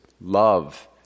love